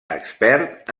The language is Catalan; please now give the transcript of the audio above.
expert